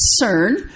concern